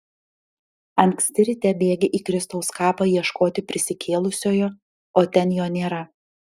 anksti ryte bėgi į kristaus kapą ieškoti prisikėlusiojo o ten jo nėra